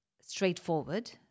straightforward